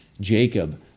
Jacob